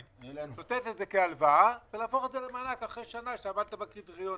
לתת את זה כהלוואה ולהפוך את זה למענק לאחר שנה שעמדת בקריטריונים.